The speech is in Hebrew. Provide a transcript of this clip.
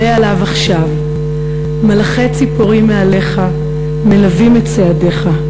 עלה עליו עכשיו / מלאכי ציפורים מעליך מלווים את צעדיך /